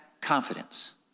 confidence